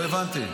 לא הבנתי.